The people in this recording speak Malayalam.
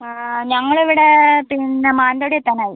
ഞങ്ങൾ ഇവിടെ പിന്നെ മാനന്തവാടി എത്താനായി